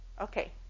okay